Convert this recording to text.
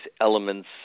elements